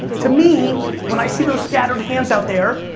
to me, when i see those scattered hands out there,